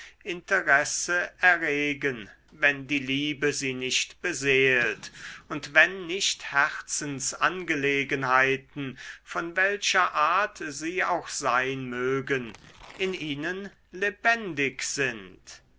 interesse erregen wenn die liebe sie nicht beseelt und wenn nicht herzensangelegenheiten von welcher art sie auch sein mögen in ihnen lebendig sind